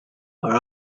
are